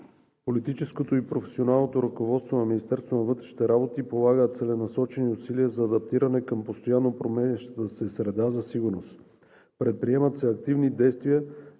Политическото и професионалното ръководство на Министерството на вътрешните работи полага целенасочени усилия за адаптиране към постоянно променящата се среда за сигурност. Предприемат се активни действия